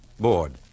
bored